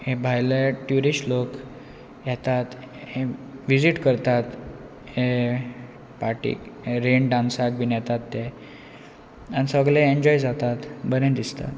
भायले ट्युरिस्ट लोक येतात विजीट करतात हे पार्टीक रेन डांसाक बीन येतात ते आनी सगळें एन्जॉय जातात बरें दिसता